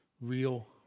real